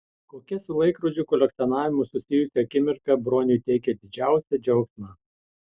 kokia su laikrodžių kolekcionavimu susijusi akimirka broniui teikia didžiausią džiaugsmą